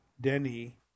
Denny